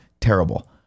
terrible